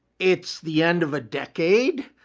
it's the end of a decade.